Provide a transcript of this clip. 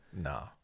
No